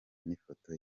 n’ifoto